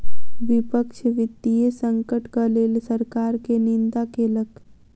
विपक्ष वित्तीय संकटक लेल सरकार के निंदा केलक